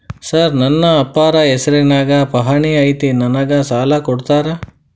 Sir ನನ್ನ ಅಪ್ಪಾರ ಹೆಸರಿನ್ಯಾಗ್ ಪಹಣಿ ಐತಿ ನನಗ ಸಾಲ ಕೊಡ್ತೇರಾ?